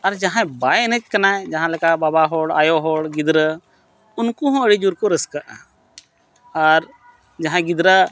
ᱟᱨ ᱡᱟᱦᱟᱸᱭ ᱵᱟᱭ ᱮᱱᱮᱡ ᱠᱟᱱᱟᱭ ᱡᱟᱦᱟᱸ ᱞᱮᱠᱟ ᱵᱟᱵᱟ ᱦᱚᱲ ᱟᱭᱳ ᱦᱚᱲ ᱜᱤᱫᱽᱨᱟᱹ ᱩᱱᱠᱩ ᱦᱚᱸ ᱟᱹᱰᱤ ᱡᱳᱨ ᱠᱚ ᱨᱟᱹᱥᱠᱟᱹᱜᱼᱟ ᱟᱨ ᱡᱟᱦᱟᱸᱭ ᱜᱤᱫᱽᱨᱟᱹ